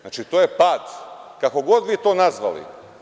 Znači, to je pad, kako god vi to nazvali.